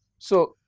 so,